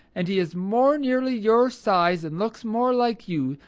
and he is more nearly your size, and looks more like you,